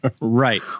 Right